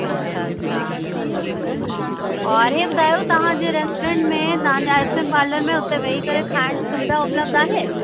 अच्छा अच्छा हा और इहे ॿुधायो तव्हांजे रेस्टोरेंट में तव्हांजे आइस्क्रीम पालर में हुते वेही करे खाइण जी सुविधा उपलब्ध आहे